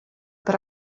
per